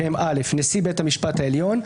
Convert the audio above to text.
שהם: (א)נשיא בית המשפט העליון,